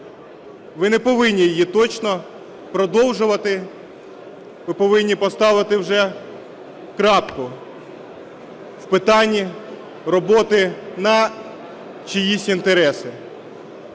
Ви не повинні її точно продовжувати, ви повинні поставити вже крапку в питанні роботи на чиїсь інтереси.